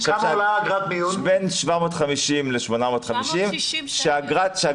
אגרת מיון היא בין 750 850 שקל.